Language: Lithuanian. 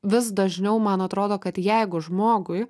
vis dažniau man atrodo kad jeigu žmogui